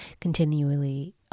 continually